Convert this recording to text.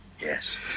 yes